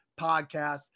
podcast